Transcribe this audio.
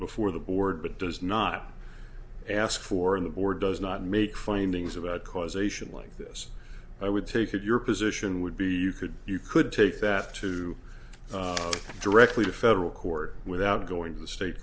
before the board but does not ask for in the board does not make findings about causation like this i would take it your position would be you could you could take that to directly to federal court without going to the state